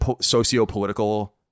socio-political